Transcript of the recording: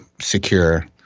secure